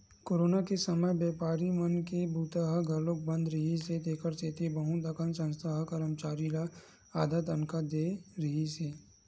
corona के समे बेपारी मन के बूता ह घलोक बंद रिहिस हे तेखर सेती बहुत कन संस्था ह करमचारी ल आधा तनखा दे रिहिस हे